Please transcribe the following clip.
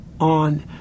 on